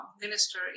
minister